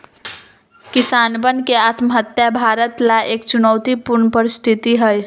किसानवन के आत्महत्या भारत ला एक चुनौतीपूर्ण परिस्थिति हई